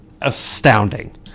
astounding